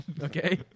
Okay